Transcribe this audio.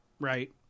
Right